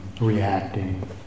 reacting